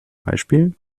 beispiel